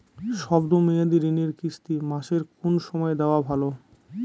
শব্দ মেয়াদি ঋণের কিস্তি মাসের কোন সময় দেওয়া ভালো?